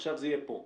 עכשיו זה יהיה פה.